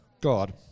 God